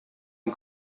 een